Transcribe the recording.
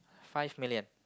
five million